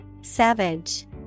Savage